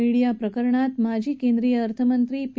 media प्रकरणात माजी केंद्रीय अर्थमंत्री पी